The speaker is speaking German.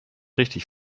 richtig